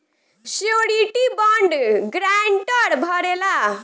surety bond guarantor भरेला